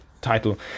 title